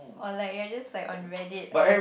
oh like you are just on read it